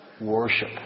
Worship